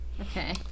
Okay